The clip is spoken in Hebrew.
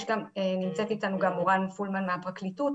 נמצאת איתנו גם מורן פולמן מהפרקליטות.